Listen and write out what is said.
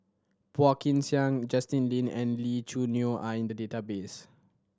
Phua Kin Siang Justin Lean and Lee Choo Neo are in the database